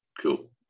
Cool